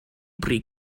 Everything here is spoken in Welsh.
bryd